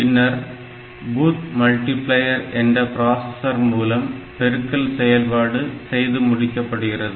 பின்னர் பூத்மல்டிபிளேயர் என்ற ப்ராசசர் மூலம் பெருக்கல் செயல்பாடு செய்து முடிக்கப்படுகிறது